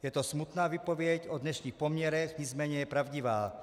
Je to smutná výpověď o dnešních poměrech, nicméně je pravdivá.